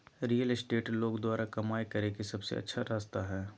real estate लोग द्वारा कमाय करे के सबसे अच्छा रास्ता हइ